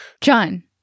John